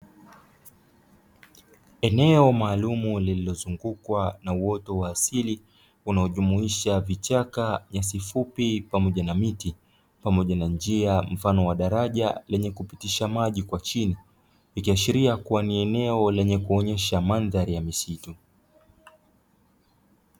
Eneo maalumu lililozungukwa na uoto wa asili unaojumuisha vichaka nyasi fupi pamoja na miti pamoja na njia mfano wa daraja lenye kupitisha maji kwa chini, ikiashilia kuwa ni eneo lenye kuonyesha madhari ya misitu.